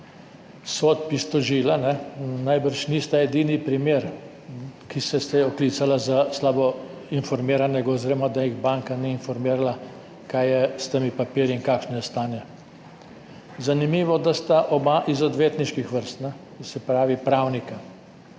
sodb, najbrž nista edina primera, ki sta se oklicala za slabo informirana oziroma da ju banka ni informirala, kaj je s temi papirji in kakšno je stanje. Zanimivo, da sta oba iz odvetniških vrst, se pravi pravnika.